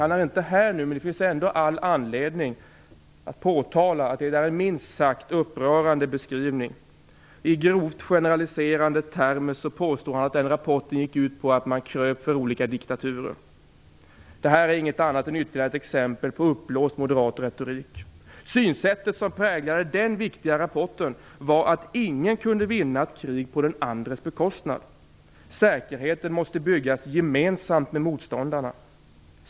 Han är inte här nu, men det finns ändå all anledning att påtala att det är en minst sagt upprörande beskrivning. I grovt generaliserande termer påstår han att rapporten gick ut på att man kröp för olika diktaturer. Detta är inget annat än ytterligare ett exempel på uppblåst moderat retorik. Synsättet som präglade den viktiga rapporten var att ingen kunde vinna ett krig på den andres bekostnad. Säkerheten måste byggas gemensamt med motståndarna.